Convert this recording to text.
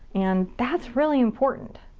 and that's really important.